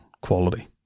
quality